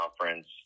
conference